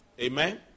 Amen